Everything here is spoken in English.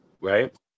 right